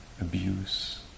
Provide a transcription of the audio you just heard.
abuse